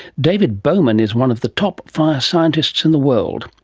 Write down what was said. david bowman is one of the top fire scientists in the world.